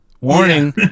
warning